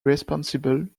responsible